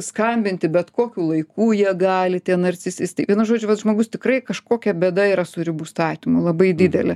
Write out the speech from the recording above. skambinti bet kokiu laiku jie gali tie narcisistai vienu žodžiu vat žmogus tikrai kažkokia bėda yra su ribų statymu labai didelė